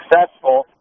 successful